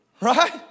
Right